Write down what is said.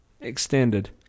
extended